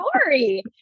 story